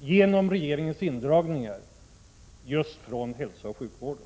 genom regeringens indragningar just inom hälsooch sjukvården!